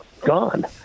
gone